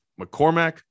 McCormack